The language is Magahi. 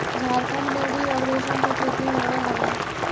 झारखण्ड में भी अब रेशम के खेती होवऽ हइ